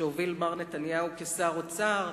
שהוביל מר נתניהו כשר האוצר,